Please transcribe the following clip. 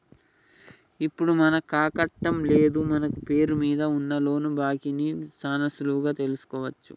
ఇప్పుడు మనకాకట్టం లేదు మన పేరు మీద ఉన్న లోను బాకీ ని సాన సులువుగా తెలుసుకోవచ్చు